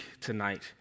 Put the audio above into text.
tonight